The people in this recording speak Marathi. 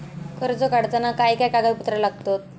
कर्ज काढताना काय काय कागदपत्रा लागतत?